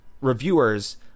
reviewers